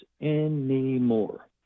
anymore